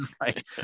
right